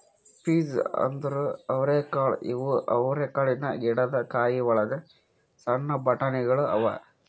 piece ಅಂದುರ್ ಅವರೆಕಾಳು ಇವು ಅವರೆಕಾಳಿನ ಗಿಡದ್ ಕಾಯಿ ಒಳಗ್ ಸಣ್ಣ ಬಟಾಣಿಗೊಳ್ ಅವಾ